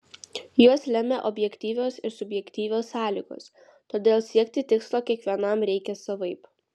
juos lemia objektyvios ir subjektyvios sąlygos todėl siekti tikslo kiekvienam reikia savaip